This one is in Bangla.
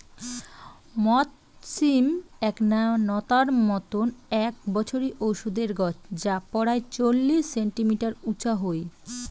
মথ সিম এ্যাকনা নতার মতন এ্যাক বছরি ওষুধের গছ যা পরায় চল্লিশ সেন্টিমিটার উচা হই